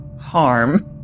harm